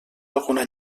alguna